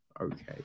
okay